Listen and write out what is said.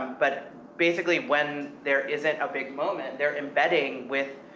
but basically, when there isn't a big moment, they're embedding with,